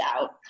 out